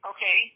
Okay